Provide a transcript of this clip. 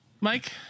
mike